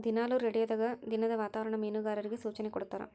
ದಿನಾಲು ರೇಡಿಯೋದಾಗ ದಿನದ ವಾತಾವರಣ ಮೀನುಗಾರರಿಗೆ ಸೂಚನೆ ಕೊಡ್ತಾರ